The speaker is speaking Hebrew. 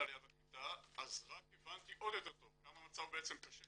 העלייה והקליטה רק הבנתי עוד יותר טוב כמה בעצם המצב קשה